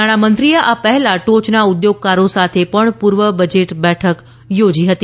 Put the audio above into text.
નાણાંમંત્રીએ આ પહેલા ટોયના ઉદ્યોગકારો સાથે પણ પૂર્વ બજેટ બેઠક યોજી હતી